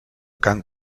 cant